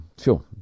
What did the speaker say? Sure